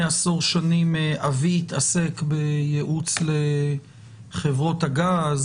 עשור שנים אבי התעסק ביעוץ לחברות הגז,